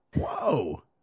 Whoa